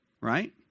Right